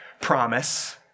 promise